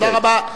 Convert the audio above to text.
תודה רבה.